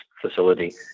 facility